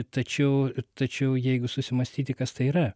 tačiau tačiau jeigu susimąstyti kas tai yra